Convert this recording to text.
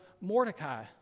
Mordecai